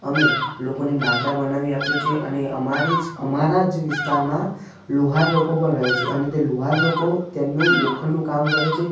અમે લોકોની લાકડાં બનાવી આપીએ છીએ અને અમારી જ અમારા જ વિસ્તારમાં લુહાર લોકો પણ રહે છે અને તે લુહાર લોકો તેમનું લોખંડનું કામ કરે છે